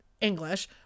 English